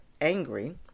angry